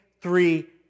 three